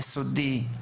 יסודי,